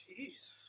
jeez